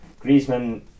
Griezmann